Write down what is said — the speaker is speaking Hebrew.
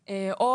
לכאורה,